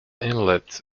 inlet